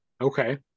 Okay